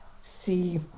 see